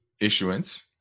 issuance